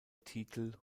titel